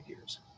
years